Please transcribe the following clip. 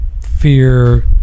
fear